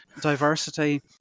diversity